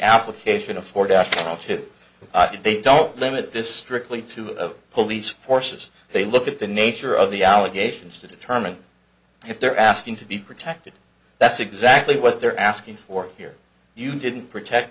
application afford to they don't limit this strictly to the police forces they look at the nature of the allegations to determine if they're asking to be protected that's exactly what they're asking for here you didn't protect